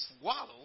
swallow